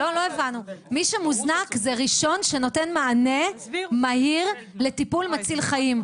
מי שמוזנק זה ראשון שנותן מענה מהיר לטיפול מציל חיים.